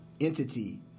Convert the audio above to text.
entity